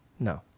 No